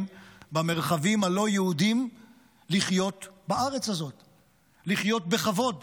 במרחבים הלא-יהודיים לחיות בארץ הזאת בכבוד,